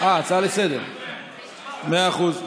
הצעה לסדר-היום.